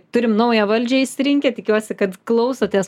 turim naują valdžią išsirinkę tikiuosi kad klausotės